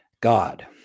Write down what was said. God